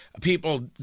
people